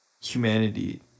humanity